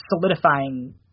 solidifying